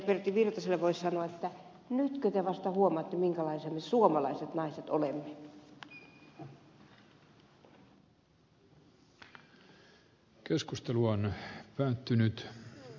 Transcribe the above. pertti virtaselle voisi sanoa että nytkö te vasta huomaatte minkälaisia me suomalaiset naiset olemme